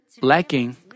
lacking